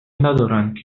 ندارند